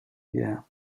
yeah